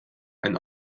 ein